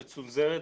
מצונזרת,